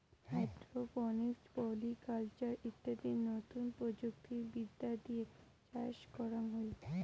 hydroponics, polyculture ইত্যাদি নতুন প্রযুক্তি বিদ্যা দিয়ে চাষ করাঙ হই